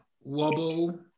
wobble